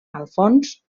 alfons